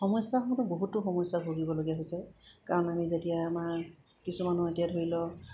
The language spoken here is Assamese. সমস্যাসমতো বহুতো সমস্যা ভুগিবলগীয়া হৈছে কাৰণ আমি যেতিয়া আমাৰ কিছুমানৰ এতিয়া ধৰি লওক